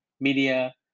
media